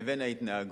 לבין ההתנהגות.